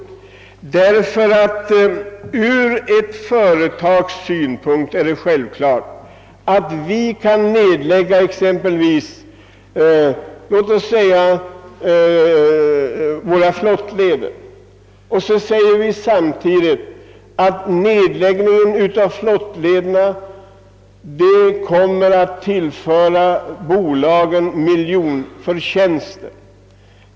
Från ett företags synpunkt är det självklart att vi exempelvis kan nedlägga våra flottleder samtidigt som det kan sägas att denna nedläggning kommer att tillföra bolagen miljonförtjänster.